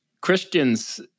Christians